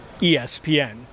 ESPN